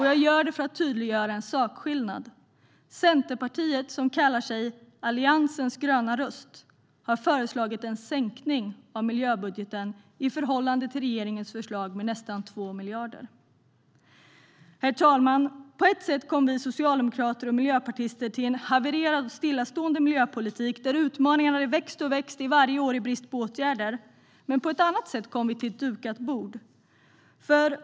Jag gör det för att tydliggöra en sakskillnad. Centerpartiet, som kallar sig Alliansens gröna röst, har föreslagit en sänkning av miljöbudgeten med nästan 2 miljarder i förhållande till regeringens förslag. Herr talman! På ett sätt kom vi socialdemokrater och miljöpartister till en havererad och stillastående miljöpolitik där utmaningarna hade växt och växt varje år i brist på åtgärder. På ett annat sätt kom vi dock till ett dukat bord.